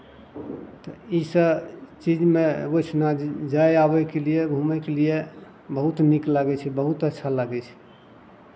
तऽ ई से चीजमे ओहिठिना जाय आबयके लिए घूमयके लिए बहुत नीक लागै छै बहुत अच्छा लागै छै